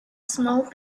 small